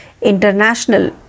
International